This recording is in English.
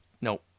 No